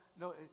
No